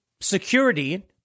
security